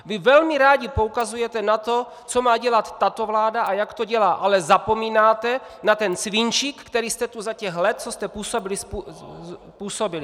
Vy velmi rádi poukazujete na to, co má dělat tato vláda a jak to dělá, ale zapomínáte na ten svinčík, který jste tu za těch let, co jste působili, způsobili!